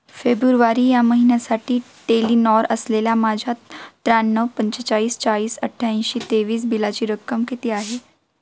February या महिन्यासाठी Telenor असलेल्या माझ्या त्र्याण्णव पंचेचाळीस चाळीस अठ्याऐंशी तेवीस बिलाची रक्कम किती आहे